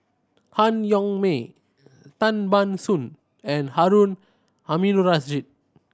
Han Yong May Tan Ban Soon and Harun Aminurrashid